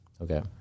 Okay